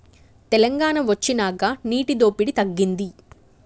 తెలంగాణ వొచ్చినాక నీటి దోపిడి తగ్గింది